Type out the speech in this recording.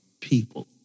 People